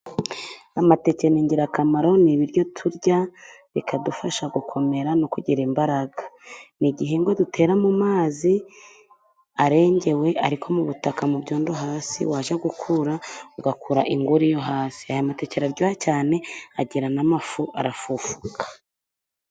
Amateke ni ingirakamaro ni ibiryo turya bikadufasha gukomera no kugira imbaraga. Ni igihingwa dutera mu mazi arengewe, ariko mu butaka mu byondo hasi wajya gukura, ugakura inguri yo hasi. Aya mateke araryoha cyane, agira n' amafu arafufuka.